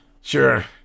Sure